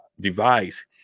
device